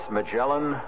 Magellan